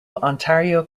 ontario